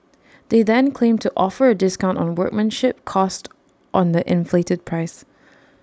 they then claim to offer A discount on workmanship cost on the inflated price